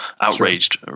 outraged